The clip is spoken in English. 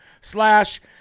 slash